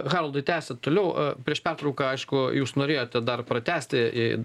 haroldai tęsiat toliau a prieš pertrauką aišku jūs norėjote dar pratęsti i